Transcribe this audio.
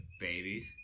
babies